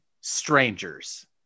strangers